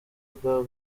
rwa